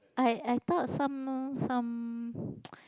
I I thought some more some